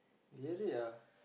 gerek ah